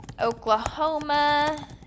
Oklahoma